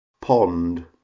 pond